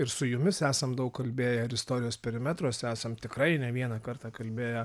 ir su jumis esam daug kalbėję ir istorijos perimetruose esam tikrai ne vieną kartą kalbėję